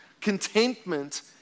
contentment